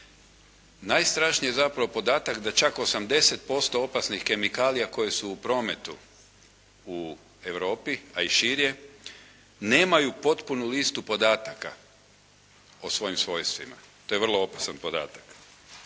Najstrašniji je zapravo podatak da čak 80% opasnih kemikalija koje su u prometu u Europi a i širje, nemaju potpunu listu podataka o svojim svojstvima. To je vrlo opasan podatak.